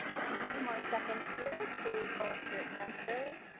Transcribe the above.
just a few more seconds here to collect your answers.